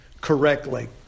correctly